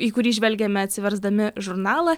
į kurį žvelgiame atsiversdami žurnalą